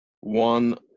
one